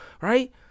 right